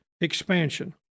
expansion